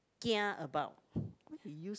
kia about which you use